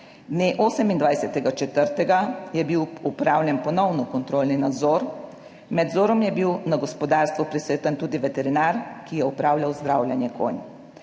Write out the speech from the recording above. Dne 29. 4. je bil opravljen ponovno kontrolni nadzor. Med nadzorom je bil na gospodarstvu prisoten tudi veterinar, ki je opravljal zdravljenje konj.